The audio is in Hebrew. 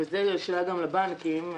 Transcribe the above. וזו שאלה גם לבנקים,